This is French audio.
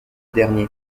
dernier